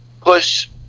push